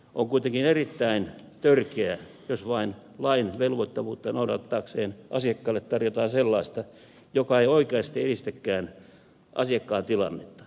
on kuitenkin erittäin törkeää jos vain lain velvoittavuuden noudattamiseksi asiakkaalle tarjotaan sellaista joka ei oikeasti edistäkään asiakkaan tilannetta